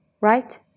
right